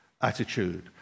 attitude